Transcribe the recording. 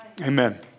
Amen